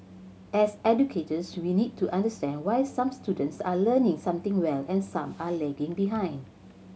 as educators we need to understand why some students are learning something well and some are lagging behind